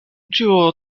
ĉiu